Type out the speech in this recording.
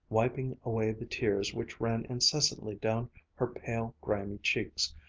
wiping away the tears which ran incessantly down her pale, grimy cheeks,